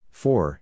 four